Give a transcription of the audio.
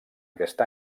aquest